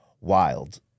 wild